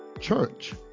church